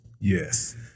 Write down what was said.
Yes